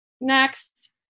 next